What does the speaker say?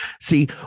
See